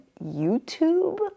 YouTube